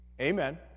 Amen